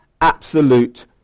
absolute